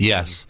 Yes